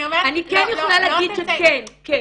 אני כן יכולה להגיד -- ליליאן,